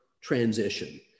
transition